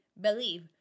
believe